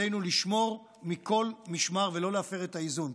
עלינו לשמור מכל משמר ולא להפר את האיזון.